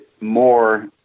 more